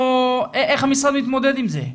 איך המשרד מתמודד עם זה?